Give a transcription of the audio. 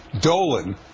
Dolan